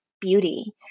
beauty